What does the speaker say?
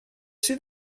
sydd